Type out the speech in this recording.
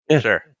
Sure